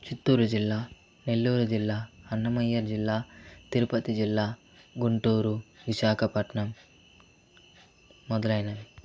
చిత్తూరు జిల్లా నెల్లూరు జిల్లా అన్నమయ్య జిల్లా తిరుపతి జిల్లా గుంటూరు విశాఖపట్నం మొదలైనవి